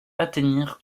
atteignirent